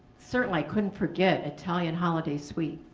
certainly, i couldn't forget italian holiday sweets.